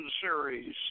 series